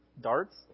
darts